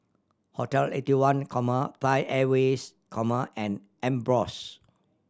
Hotel Eighty one comma Thai Airways comma and Ambros